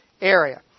area